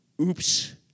Oops